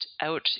out